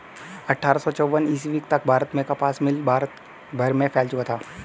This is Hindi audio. अट्ठारह सौ चौवन ईस्वी तक भारत में कपास मिल भारत भर में फैल चुका था